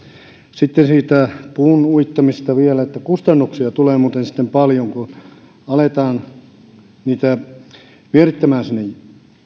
sitten siitä puun uittamisesta vielä että kustannuksia tulee muuten sitten paljon kun aletaan niitä vierittämään sinne